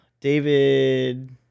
David